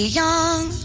young